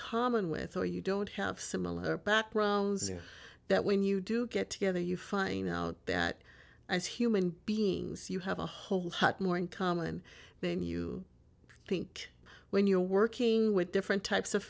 common with or you don't have similar that when you do get together you find out that human beings you have a whole lot more in common than you think when you're working with different types of